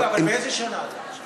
קם, אבל באיזו שנה אתה?